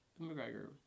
McGregor